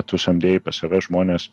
tu samdei pas save žmones